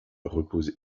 repose